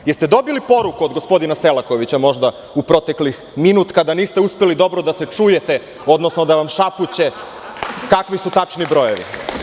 Da li ste dobili poruku od gospodina Selakovića u proteklih minut vremena, kada niste uspeli dobro da se čujete, odnosno da vam šapuće koji su tačno brojevi?